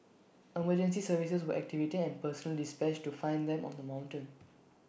emergency services were activated and personnel dispatched to find them on the mountain